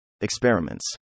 experiments